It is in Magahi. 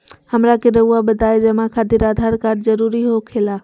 हमरा के रहुआ बताएं जमा खातिर आधार कार्ड जरूरी हो खेला?